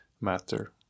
matter